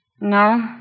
No